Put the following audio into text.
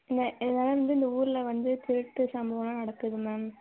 இல்லை வந்து இந்த ஊரில் வந்து திருட்டு சம்பவம்லா நடக்குது மேம்